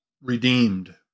redeemed